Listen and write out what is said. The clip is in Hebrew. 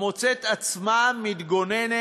המוצאת עצמה מתגוננת